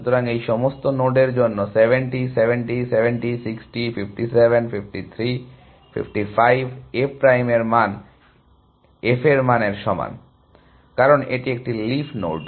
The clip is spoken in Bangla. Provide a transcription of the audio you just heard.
সুতরাং এই সমস্ত নোডের জন্য 70 70 70 60 57 53 55 f প্রাইম এর মান f এর মানের সমান কারণ এটি একটি লিফ নোড